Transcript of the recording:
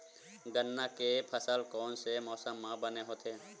गन्ना के फसल कोन से मौसम म बने होथे?